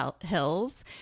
Hills